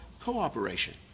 Cooperation